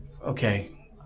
Okay